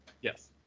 Yes